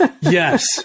Yes